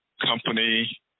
company